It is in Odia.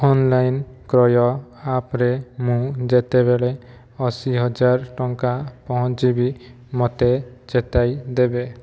ଅନଲାଇନ୍ କ୍ରୟ ଆପ୍ରେ ମୁଁ ଯେତେବେଳେ ଅଶୀହଜାର ଟଙ୍କା ପହଞ୍ଚିବି ମୋତେ ଚେତାଇ ଦେବ